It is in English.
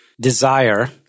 Desire